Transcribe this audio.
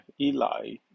Eli